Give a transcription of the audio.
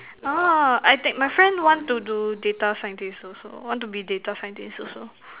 !huh! I take my friend want to do data scientist also want to be data scientist also